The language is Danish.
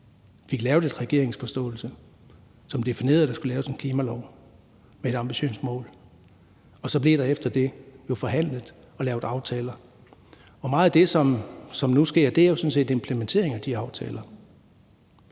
fik lavet en regeringsforståelse, hvori vi definerede, at der skulle laves en klimalov med et ambitiøst mål. Så blev der efter det forhandlet og lavet aftaler, og meget af det, som sker nu, er jo sådan set implementering af de aftaler.